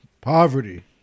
poverty